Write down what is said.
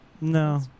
No